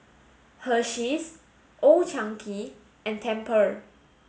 Hersheys Old Chang Kee and Tempur